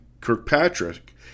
Kirkpatrick